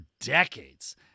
decades